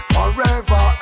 Forever